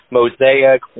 mosaic